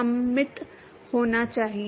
सममित होना चाहिए